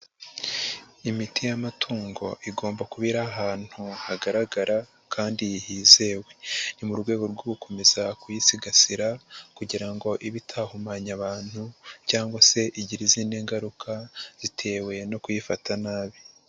Imiti y'amatungo igomba kuba iri ahantu hagaragara kandi hizewe. Ni mu rwego rwo gukomeza kuyisigasira kugira ngo ibe itahumanya abantu cyangwa se igire izindi ngaruka zitewe no kuyifata nabi.